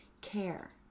care